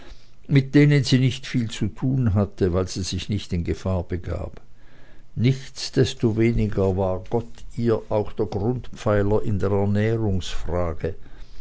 mit denen sie nicht viel zu tun hatte weil sie sich nicht in gefahr begab nichtsdestoweniger war gott ihr auch der grundpfeiler in der ernährungsfrage